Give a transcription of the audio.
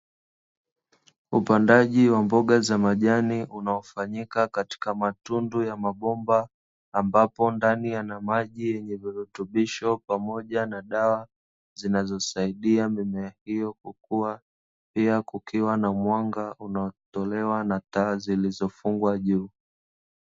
Upandaji wa mboga za majani, unaofanyika katika matundu ya mabomba; ambapo ndani yana maji yenye virutubisho pamoja na dawa zinazosaidia mimea hiyo kukua, pia kukiwa na mwanga unaotolewa na taa zilizofungwa juu.